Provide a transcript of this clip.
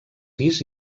pis